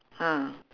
mm